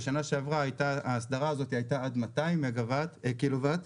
בשנה שעברה ההסדרה הזאת הייתה עד 200 קילו וואט,